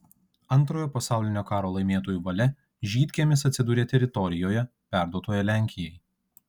antrojo pasaulinio karo laimėtojų valia žydkiemis atsidūrė teritorijoje perduotoje lenkijai